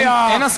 אני רוצה לתקן.